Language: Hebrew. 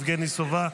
יבגני סובה,